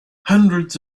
hundreds